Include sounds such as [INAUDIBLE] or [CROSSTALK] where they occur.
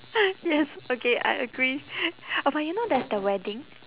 [NOISE] yes okay I agree oh but you know there's the wedding